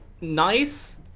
nice